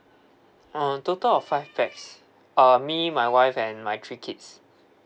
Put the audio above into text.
uh total of five pax uh me my wife and my three kids